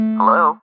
Hello